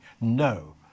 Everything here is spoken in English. no